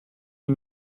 une